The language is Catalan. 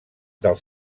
del